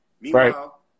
Meanwhile